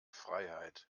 freiheit